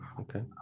okay